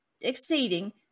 exceeding